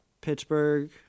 Pittsburgh